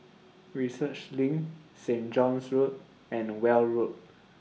Research LINK Saint John's Road and Weld Road